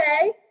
okay